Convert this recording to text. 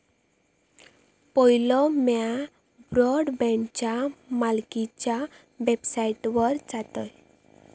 पयलो म्या ब्रॉडबँडच्या मालकीच्या वेबसाइटवर जातयं